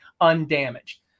undamaged